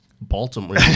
Baltimore